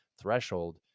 threshold